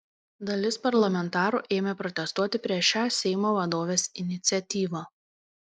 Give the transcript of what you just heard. dalis parlamentarų ėmė protestuoti prieš šią seimo vadovės iniciatyvą